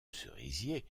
cerisier